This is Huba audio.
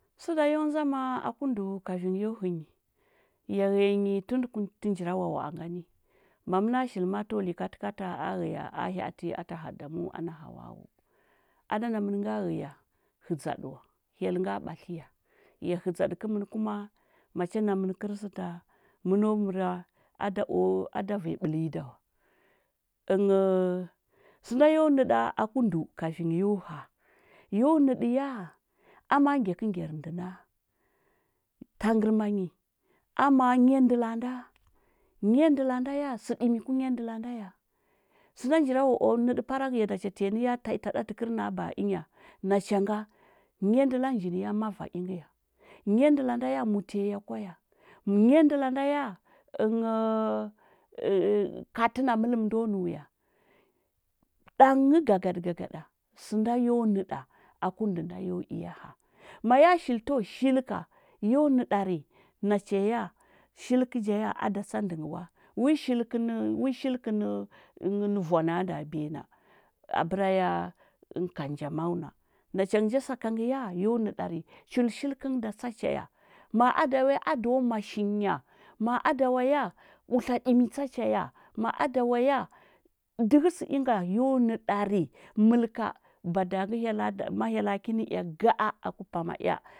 Sə da yo ndzama aku ndəu kafin yo i nyi. Ya ghəya nyi təlkur tə njirawawa a ngani. Ma məna shili ma a təwa likatəkata a ghəya a tə hya atə təwa adamu ana hawawu. A da namən nga ghəya hədzaɗə wa, hyel nga ɓatliya, ya hədzaɗə kəmən kuma, macha namən kərista, məno məra a da əo a da ghəya ɓələ nyi da wa. Əngho sənda yo nəɗa aku ndəu kafin yo həa: yo nəɗə ya, ama ngyakə ngyar ndə na? Tangərma nyi, ama nyandəla nda? Nyandəla nda ya, sə ɗimi ku nyandəla nda ya? Sənda njirawawa a o nəɗə parakə ya nacha tanyi nə ta ita ɗa tə kər na a ba a ənya, nacha nga: nyandəla nji ngə ya, mava əngə ya? Nyandəla nda ya, mutiya kwa ya? Nyandəla nda ya, ənghəu ə- əu katə na mələm ndo nəu ya?. Ɗang gagaɗə gagaɗa, sənda yo nəɗa aku ndəu. Ma ya shili təwa shiləka, yo nəɗari: nacha ya ya, shiləkə ja ya, a da tsa ndə ngə wa? Wi shiləkə nə wi shiləkə nə voa na nda biya na, abəra ya, ə kanjamau na. Nacha ngə ja sakangə ya, yo nəɗari, chul shiləkə da tsa cha ya? Ma a da wa ya, a do mashi nyi ya? Ma a da wa ya, utla ɗimi tsa cha ya? Ma a da wa ya, dəhə sə inga, yo nəɗari, məlka bada nə hyella da ma hyella ki nə ea ga a a ku pama ea.